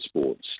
sports